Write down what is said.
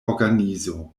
organizo